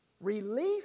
relief